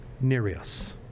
Nereus